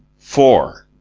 fore!